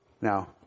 Now